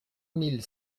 mille